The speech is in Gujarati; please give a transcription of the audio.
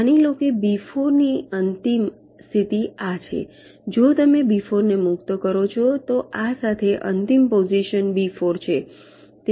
માની લો કે બી 4 ની અંતિમ સ્થિતિ આ છે જો તમે બી 4 ને મુક્ત કરો છો તો આ સાથે અંતિમ પોઝિશન બી 4 છે